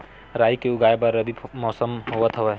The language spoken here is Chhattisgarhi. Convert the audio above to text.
राई के उगाए बर रबी मौसम होवत हवय?